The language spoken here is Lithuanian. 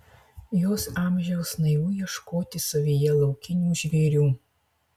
jos amžiaus naivu ieškoti savyje laukinių žvėrių